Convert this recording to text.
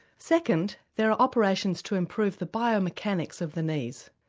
second there are operations to improve the biomechanics of the knees.